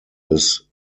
his